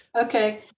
Okay